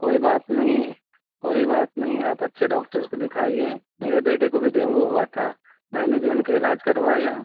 کوئی بات نہیں ہے کوئی بات نہیں آپ اچھے ڈاکٹرس کو دکھائیے میرے بیٹے کو بھی ڈینگو ہوا تھا میں نے بھی ان کا علاج کروایا